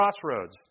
crossroads